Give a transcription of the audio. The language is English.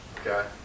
Okay